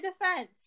defense